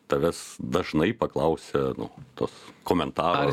tavęs dažnai paklausia nu tos komentarų